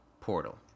Portal